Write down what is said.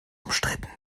umstritten